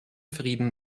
frieden